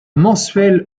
mensuel